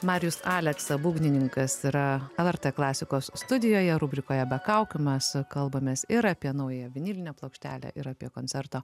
marijus aleksa būgnininkas yra lrt klasikos studijoje rubrikoje be kaukių mes kalbamės ir apie naująją vinilinę plokštelę ir apie koncerto